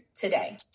today